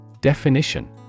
Definition